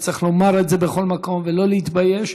וצריך לומר את זה בכל מקום ולא להתבייש.